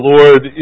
Lord